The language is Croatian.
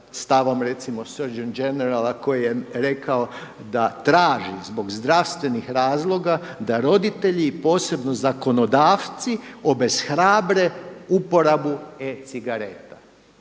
stavom recimo Search and generala koji je rekao da traži zbog zdravstvenih razloga da roditelji posebno zakonodavci obeshrabre uporabu e-cigareta.